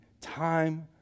time